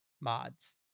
mods